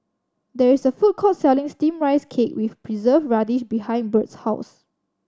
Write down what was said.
there is a food court selling Steamed Rice Cake with preserve radish behind Bird's house